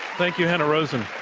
thank you, hanna rosin.